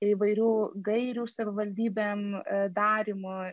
įvairių gairių savivaldybėm darymu